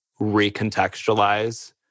recontextualize